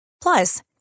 Plus